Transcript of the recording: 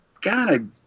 God